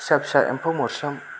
फिसा फिसा एम्फौ मोस्रोम